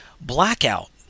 Blackout